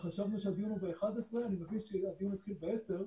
חשבנו שהדיון הוא ב-11:00 ואני מבין שהדיון התחיל ב-10:00...